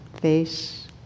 face